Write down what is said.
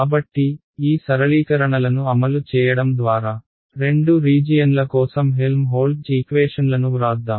కాబట్టి ఈ సరళీకరణలను అమలు చేయడం ద్వారా రెండు రీజియన్ల కోసం హెల్మ్హోల్ట్జ్ ఈక్వేషన్లను వ్రాద్దాం